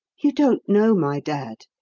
you don't know my dad.